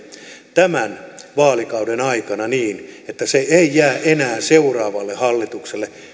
tämän vaalikauden aikana niin että se ei jää enää seuraavalle hallitukselle